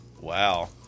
Wow